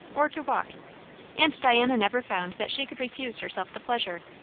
or to walk and diana never found that she could refuse herself the pleasure,